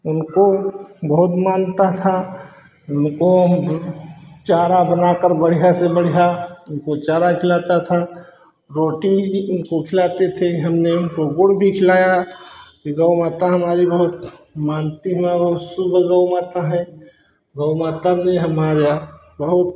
उनको बहुत मानता था और जब उनका चारा बनाकर बढ़िया से बढ़िया उनको चारा खिलाता था रोटी भी उनको खिलाते थे हमने उनको गुड़ भी खिलाया गौ माता हमारी बहुत मानती हैं तो शुद्ध गौ माता है गौ माता ने हमारा बहुत